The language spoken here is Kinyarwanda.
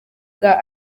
bwa